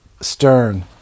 Stern